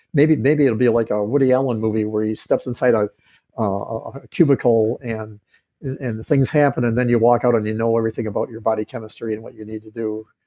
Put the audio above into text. maybe maybe it'll be like a woody allen movie where he steps inside ah a cubicle, and and things happen, and then you walk out and you know everything about your body chemistry, and what you need to do.